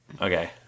Okay